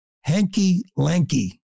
hanky-lanky